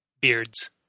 beards